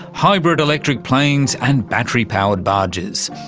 hybrid electric planes and battery-powered barges.